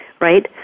right